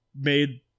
made